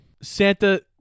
Santa